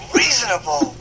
reasonable